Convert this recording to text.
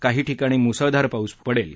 काही ठिकाणी मुसळधार पाऊस होऊ पडेल